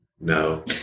no